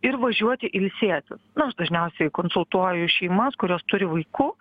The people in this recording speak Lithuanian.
ir važiuoti ilsėtis na aš dažniausiai konsultuoju šeimas kurios turi vaikų